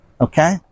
Okay